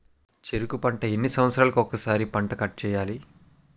చెరుకు పంట ఎన్ని సంవత్సరాలకి ఒక్కసారి పంట కార్డ్ చెయ్యాలి?